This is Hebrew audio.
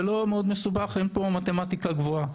זה לא מאוד מסובך, אין פה מתמטיקה גבוהה.